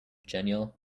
genial